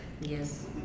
Yes